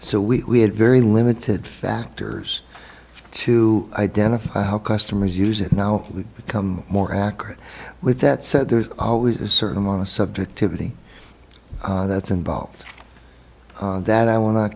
so we had very limited factors to identify how customers use it now we become more accurate with that said there's always a certain amount of subjectivity that's involved that i want